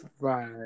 right